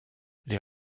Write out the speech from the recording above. les